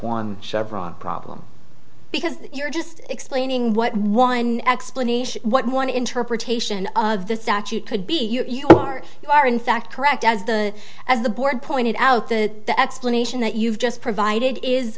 on chevron problem because you're just explaining what one explanation what one interpretation of the statute could be you are you are in fact correct as the as the board pointed out that the explanation that you've just provided is